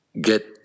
get